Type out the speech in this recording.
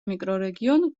მიკრორეგიონ